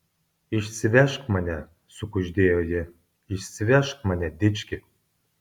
išsivežk mane sukuždėjo ji išsivežk mane dički